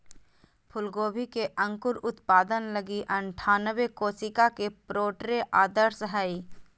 फूलगोभी के अंकुर उत्पादन लगी अनठानबे कोशिका के प्रोट्रे आदर्श हइ